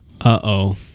Uh-oh